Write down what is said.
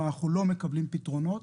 ואנחנו לא מקבלים פתרונות,